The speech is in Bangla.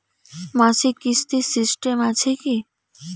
মাসিক কিস্তির সিস্টেম আছে কি?